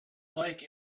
like